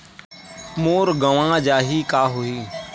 मोर गंवा जाहि का होही?